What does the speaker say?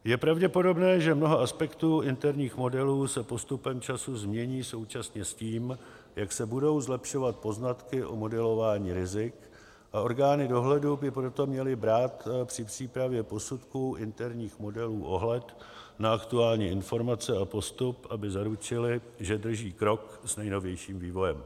Je pravděpodobné, že mnoho aspektů interních modelů se postupem času změní současně s tím, jak se budou zlepšovat poznatky o modelování rizik, a orgány dohledu by proto měly brát při přípravě posudků interních modelů ohled na aktuální informace a postup, aby zaručily, že drží krok s nejnovějším vývojem.